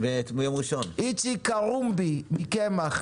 איציק קרומבי, מ-ק.מ.ח.